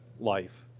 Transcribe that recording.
life